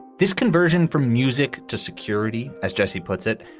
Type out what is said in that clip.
this conversion from music to security, as jesse puts it,